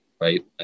right